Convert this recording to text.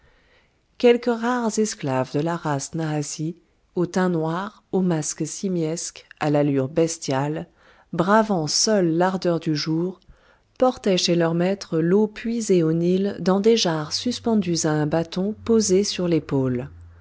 quelques rares esclaves de la race nahasi au teint noir au masque simiesque à l'allure bestiale bravant seuls l'ardeur du jour portaient chez leurs maîtres l'eau puisée au nil dans des jarres suspendues à un bâton posé sur l'épaule